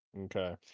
Okay